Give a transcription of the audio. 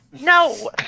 No